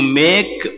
make